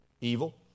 Evil